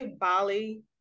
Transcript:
bali